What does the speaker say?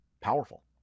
powerful